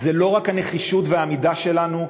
זה לא רק הנחישות והעמידה שלנו.